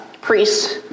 priests